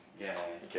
ya ya ya